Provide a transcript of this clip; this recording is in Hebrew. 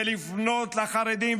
ולפנות לחרדים,